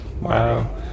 Wow